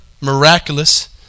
miraculous